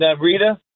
Rita